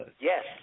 Yes